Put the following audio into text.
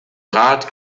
rat